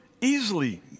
easily